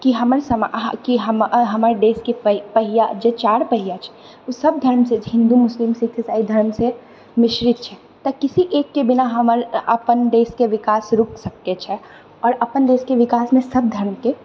की हमर समाज कि हमर देशके पहिआ जे चारि पहिआ छै ओसभ धर्मसे हिन्दू मुस्लिम सिक्ख ईसाइसभ धर्मके मिश्रित छै तऽ किसी एकके बिना हमर तऽ अपन देशके विकास रुकि सकैत छै आओर अपन देशके विकासमे सभ धर्मके